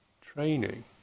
training